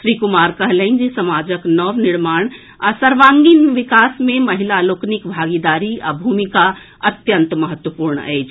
श्री कुमार कहलनि जे समाजक नव निर्माण आ सर्वांगीण विकास मे महिला लोकनिक भागीदारी आ भूमिका अत्यंत महत्वपूर्ण अछि